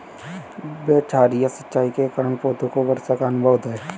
बौछारी सिंचाई के कारण पौधों को वर्षा का अनुभव होता है